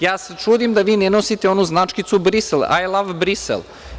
Ja se čudim da vi ne nosite onu značkicu Brisela „I love Brisel“